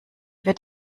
wird